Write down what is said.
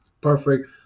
perfect